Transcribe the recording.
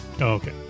Okay